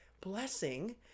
blessing